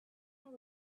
how